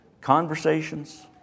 conversations